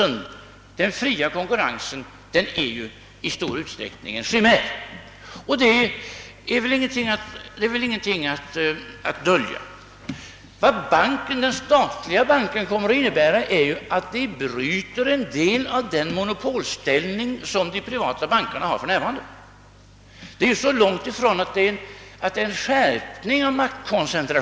Den fria konkurrensen är i stor utsträckning en chimär. Det är ingenting att dölja. Den statliga banken kommer att något bryta den monopolställning de privata bankerna för närvarande har.